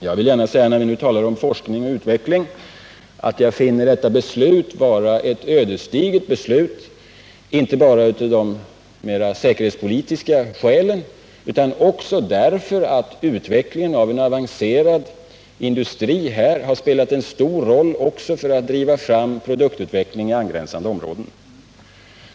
Jag vill gärna säga, när vi nu talar om forskning och utveckling, att jag finner beslutet i den frågan vara ödesdigert, inte bara av de mera säkerhetspolitiska skälen utan också därför att utvecklingen av en avancerad industri på detta område har spelat en stor roll för att driva fram produktutveckling på angränsande områden.